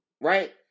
right